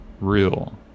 real